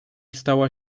stała